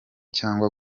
cyangwa